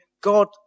God